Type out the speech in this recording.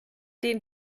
den